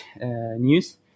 news